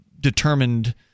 determined